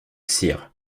sire